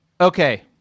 Okay